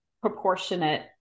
proportionate